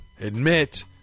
admit